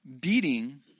beating